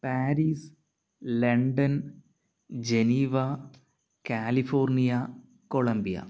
Paris London Geneva California Columbia